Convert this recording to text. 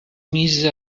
mise